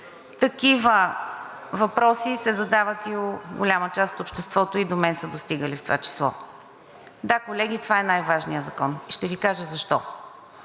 Такива въпроси се задават и от голяма част от обществото и до мен са достигали в това число. Да, колеги, това е най-важният закон, ще Ви кажа защо.